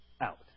out